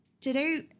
today